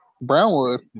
Brownwood